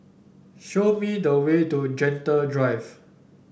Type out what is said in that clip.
show me the way to Gentle Drive